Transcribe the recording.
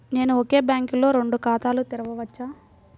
నేను ఒకే బ్యాంకులో రెండు ఖాతాలు తెరవవచ్చా?